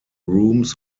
rooms